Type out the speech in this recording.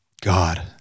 God